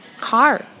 car